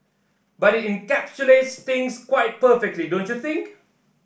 but it encapsulates things quite perfectly don't you think